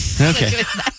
Okay